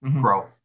grow